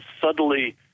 subtly